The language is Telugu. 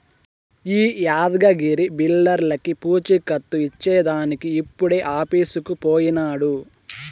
ఈ యాద్గగిరి బిల్డర్లకీ పూచీకత్తు ఇచ్చేదానికి ఇప్పుడే ఆఫీసుకు పోయినాడు